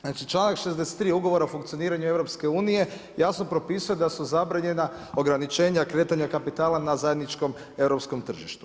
Znači članak 63. ugovora o funkcioniranju EU jasno propisuje da su zabranjena ograničenja kretanja kapitala na zajedničkom europskom tržištu.